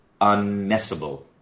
Unmessable